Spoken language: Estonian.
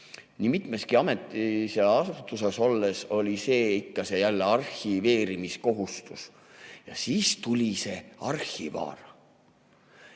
Nii mitmeski ametiasutuses olles oli meil ikka ja jälle arhiveerimiskohustus ja siis tuli arhivaar